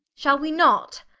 shall wee not?